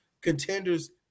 contenders